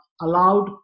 allowed